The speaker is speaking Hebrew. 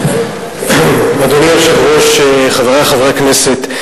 אדוני היושב-ראש, חברי חברי הכנסת,